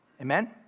Amen